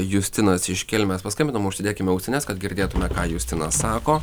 justinas iš kelmės paskambino užsidėkime ausines kad girdėtume ką justinas sako